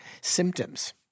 symptoms